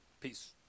Peace